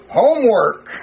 homework